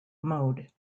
mode